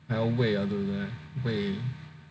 还要喂